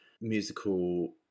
musical